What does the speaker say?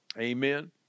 Amen